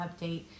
update